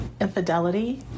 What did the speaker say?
infidelity